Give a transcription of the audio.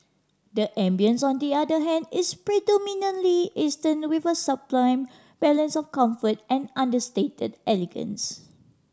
the ambience on the other hand is predominantly Eastern with a sublime balance of comfort and understated elegance